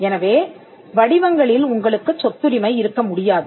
எனவே வடிவங்களில் உங்களுக்குச் சொத்துரிமை இருக்க முடியாது